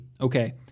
Okay